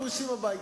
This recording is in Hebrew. חרפה.